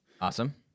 Awesome